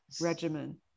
regimen